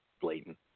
blatant